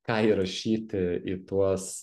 ką įrašyti į tuos